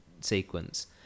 sequence